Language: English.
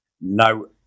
no